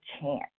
chance